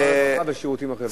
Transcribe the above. שר הרווחה והשירותים החברתיים.